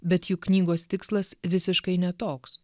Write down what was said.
bet juk knygos tikslas visiškai ne toks